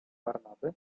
barnaby